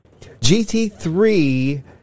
GT3